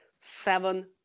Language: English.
seven